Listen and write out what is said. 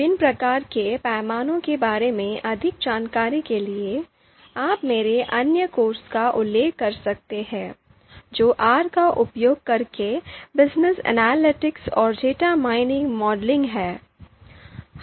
विभिन्न प्रकार के पैमाने के बारे में अधिक जानकारी के लिए आप मेरे अन्य कोर्स का उल्लेख कर सकते हैं जो आर का उपयोग करके बिजनेस एनालिटिक्स और डेटा माइनिंग मॉडलिंग है